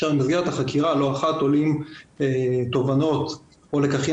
במסגרת החקירה לא אחת עולים תובנות או לקחים